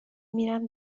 میرم